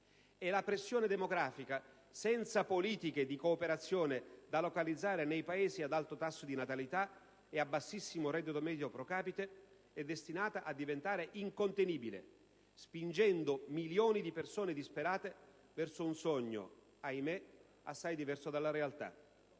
e la pressione demografica, senza politiche di cooperazione da localizzare nei Paesi ad alto tasso di natalità e a bassissimo reddito medio *pro‑capite*, è destinata a diventare incontenibile, spingendo milioni di persone disperate verso un sogno - ahimé! - assai diverso dalla realtà.